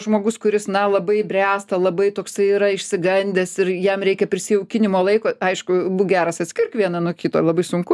žmogus kuris na labai bręsta labai toksai yra išsigandęs ir jam reikia prisijaukinimo laiko aišku būk geras atskirk vieną nuo kito abai sunku